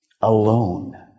Alone